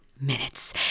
minutes